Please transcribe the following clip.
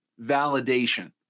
validation